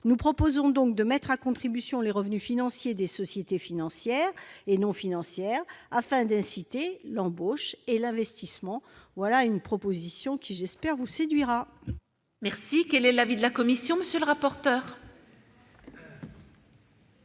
chers collègues, de mettre à contribution les revenus financiers des sociétés financières et non financières, afin d'inciter l'embauche et l'investissement. Voilà une proposition qui, je l'espère, vous séduira ! Quel est l'avis de la commission ? Ces revenus